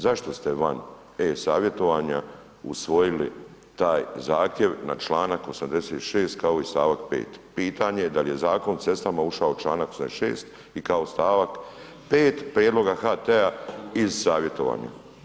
Zašto ste van e-Savjetovanja usvojili taj zahtjev na članak 86. kao i stavak 5. Pitanje da li je Zakon o cestama ušao članak 86. i kao stavak 5. prijedloga HT-a iz savjetovanja?